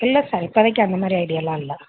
இல்லை சார் இப்போதிக்கி அந்தமாதிரி ஐடியாவெலாம் இல்லை